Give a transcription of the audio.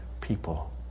people